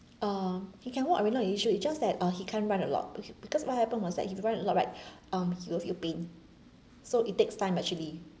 uh he can walk already not an issue it's just that uh he can't run a lot be~ because what happened was that if he run a lot right um he'll feel pain so it takes time actually